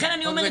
לכן אני אומרת,